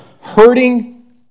hurting